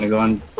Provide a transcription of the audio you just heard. one